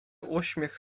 uśmiech